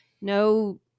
no